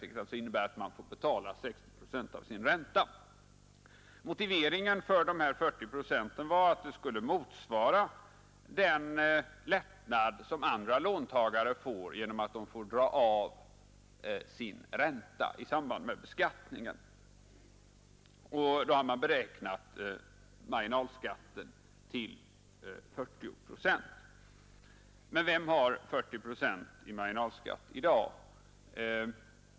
Det innebär alltså att man får betala 60 procent av sin ränta. Motiveringen för de här 40 procenten var att avdraget skulle motsvara den lättnad som andra låntagare får genom att kunna dra av sin ränta i samband med beskattningen, och då har man beräknat marginalskatten till 40 procent. Men vem har 40 procent i marginalskatt i dag?